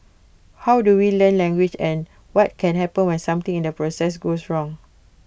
how do we learn language and what can happen when something in the process goes wrong